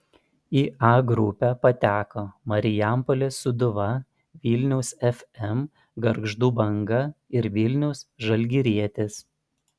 į a grupę pateko marijampolės sūduva vilniaus fm gargždų banga ir vilniaus žalgirietis